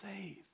save